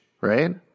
right